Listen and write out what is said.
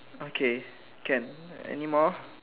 okay can anymore